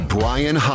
Brian